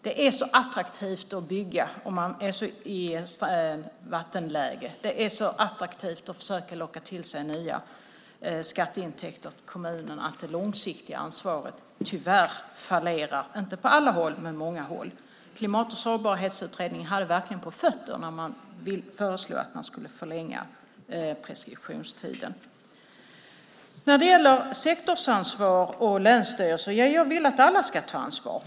Det är så attraktivt att bygga i vattenläge, och det är så attraktivt att försöka locka till sig nya skatteintäkter till kommunerna att det långsiktiga ansvaret tyvärr fallerar - inte på alla håll men på många håll. Klimat och sårbarhetsutredningen hade verkligen på fötterna när de föreslog att man skulle förlänga preskriptionstiden. När det gäller sektorsansvar i länsstyrelser vill jag att alla ska ta ansvar.